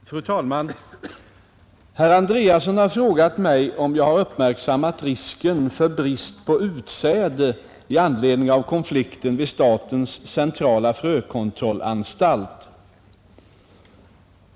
Fru talman! Herr Andreasson har frågat mig om jag har uppmärksammat risken för brist på utsäde i anledning av konflikten vid statens centrala frökontrollanstalt.